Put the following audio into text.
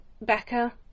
Becca